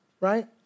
right